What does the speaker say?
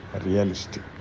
realistic